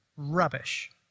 rubbish